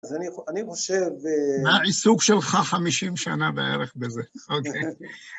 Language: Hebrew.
אז אני חושב... מה העיסוק שלך חמישים שנה בערך בזה, אוקיי.